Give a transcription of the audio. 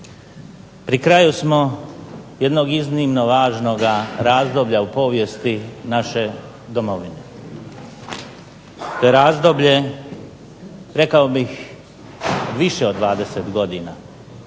Pri kraju smo jednog iznimno važnoga razdoblja u povijesti naše Domovine. To je razdoblje rekao bih više od 20 godina.